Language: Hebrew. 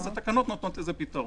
התקנות נותנות לזה פתרון.